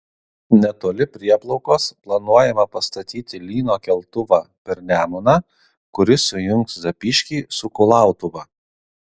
netoli prieplaukos planuojama pastatyti lyno keltuvą per nemuną kuris sujungs zapyškį su kulautuva